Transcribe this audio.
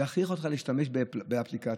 להכריח אותך להשתמש באפליקציה.